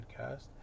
podcast